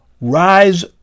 Rise